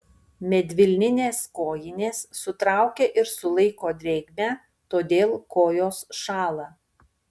medvilninės kojinės sutraukia ir sulaiko drėgmę todėl kojos šąla